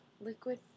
liquid